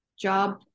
job